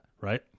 right